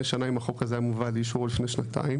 שנה אם החוק הזה היה מובא לאישור עד לפני שנתיים,